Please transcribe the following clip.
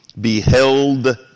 beheld